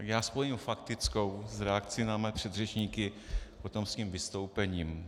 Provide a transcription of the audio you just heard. Já spojím faktickou s reakcí na své předřečníky potom s tím vystoupením.